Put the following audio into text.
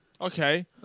Okay